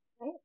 right